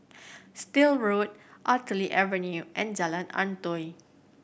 Still Road Artillery Avenue and Jalan Antoi